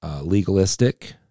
legalistic